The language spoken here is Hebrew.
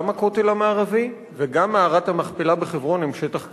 גם הכותל המערבי וגם מערת המכפלה בחברון הם שטח כבוש.